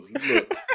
look